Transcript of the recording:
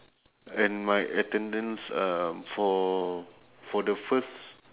and my attendance um for for the first